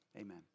Amen